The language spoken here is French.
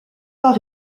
pas